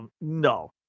No